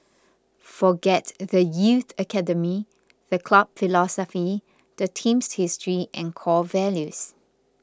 forget the youth academy the club philosophy the team's history and core values